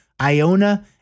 Iona